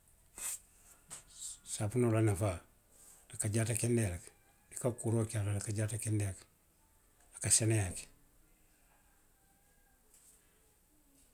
Saafinoo la nafaa, a ka jaata kendeyaa le ke. I ka kuuroo ke a la le, i ka jaata kendeyaa ke, a ka seneyaa ke.